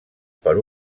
per